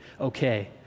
Okay